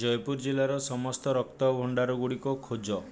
ଜୟପୁର ଜିଲ୍ଲାର ସମସ୍ତ ରକ୍ତ ଭଣ୍ଡାରଗୁଡ଼ିକ ଖୋଜ